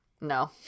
no